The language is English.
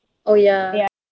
oh yeah